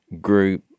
group